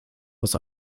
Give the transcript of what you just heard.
was